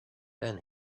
then